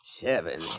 Seven